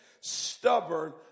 stubborn